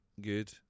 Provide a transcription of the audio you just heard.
good